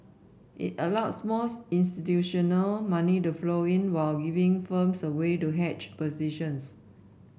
it allows more institutional money to flow in while giving firms a way to hedge positions